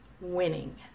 winning